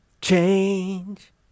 change